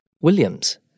Williams